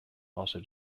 also